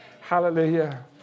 Hallelujah